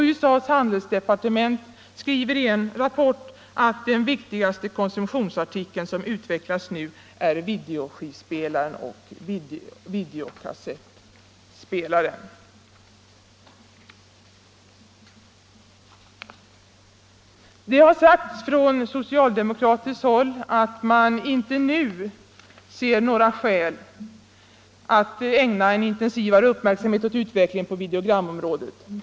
USA:s handelsdepartement framhåller i en rapport att ”den viktigaste konsumtionsartikeln som utvecklas nu är videoskivspelaren och videokassettspelaren”. Det har sagts från socialdemokratiskt håll att man inte nu ser några skäl att ägna en intensivare uppmärksamhet åt utvecklingen på videogramområdet.